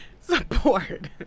Support